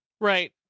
Right